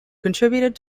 contributed